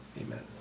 Amen